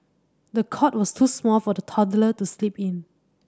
the cot was too small for the toddler to sleep in